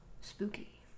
Spooky